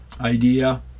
idea